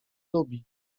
nubii